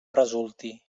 resulti